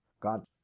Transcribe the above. God